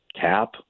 cap